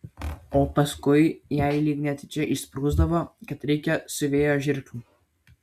o paskui jai lyg netyčia išsprūsdavo kad reikia siuvėjo žirklių